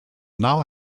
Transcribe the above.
now